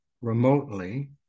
remotely